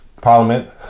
Parliament